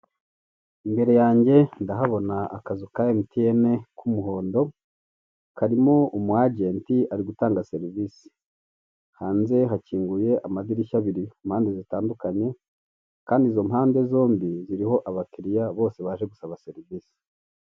Imbere yange ndahabona akazu ka emutiyene k'umuhondo, karimo umu ajenti ari gutanga serivise. Hanze hakinguye amadirishya abiri ku mpande zitandukanye, kandi izo mpande zombi zirimo abakiliya baje gusaba serivise.